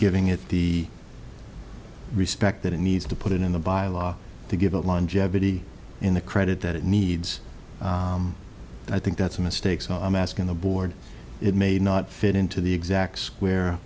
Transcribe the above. giving it the respect that it needs to put it in the bylaw to give it longevity in the credit that it needs i think that's a mistake so i'm asking the board it may not fit into the exact square